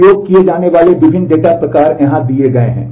उपयोग किए जाने वाले विभिन्न डेटा प्रकार यहां दिए गए हैं